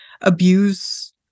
abuse